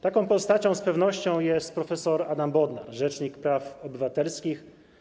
Taką postacią z pewnością jest prof. Adam Bodnar - rzecznik praw obywatelskich.